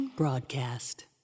Broadcast